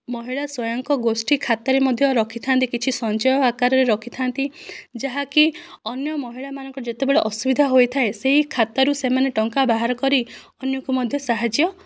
ମହିଳା ସ୍ୱୟଂଙ୍କ ଗୋଷ୍ଠୀ ଖାତାରେ ମଧ୍ୟ ରଖିଥାନ୍ତି କିଛି ସଞ୍ଚୟ ଆକାରରେ ରଖିଥାନ୍ତି ଯାହାକି ଅନ୍ୟ ମହିଳାମାନଙ୍କ ଯେତେବେଳେ ଅସୁବିଧା ହୋଇଥାଏ ସେହି ଖାତାରୁ ସେମାନେ ଟଙ୍କା ବାହାର କରି ଅନ୍ୟକୁ ମଧ୍ୟ ସାହାଯ୍ୟ